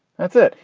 that's it.